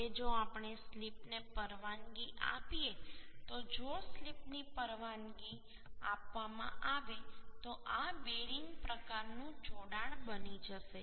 હવે જો આપણે સ્લિપને પરવાનગી આપીએ તો જો સ્લિપની પરવાનગી આપવામાં આવે તો આ બેરિંગ પ્રકારનું જોડાણ બની જશે